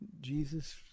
Jesus